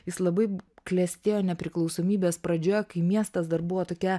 jis labai klestėjo nepriklausomybės pradžioje kai miestas dar buvo tokia